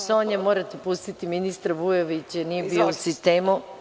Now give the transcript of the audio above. Sonja, morate pustiti ministra Vujovića, nije bio u sistemu.